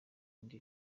indi